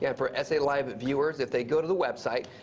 yeah for s a. live viewers, if they go to the website,